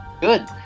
Good